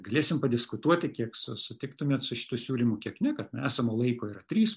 galėsim padiskutuoti kiek su sutiktumėt su šitu siūlymu kiek ne kad na esamo laiko ir trys